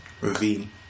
Ravine